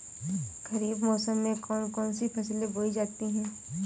खरीफ मौसम में कौन कौन सी फसलें बोई जाती हैं?